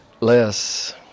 less